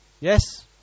Yes